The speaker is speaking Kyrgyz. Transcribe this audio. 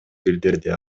билдирди